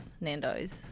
Nando's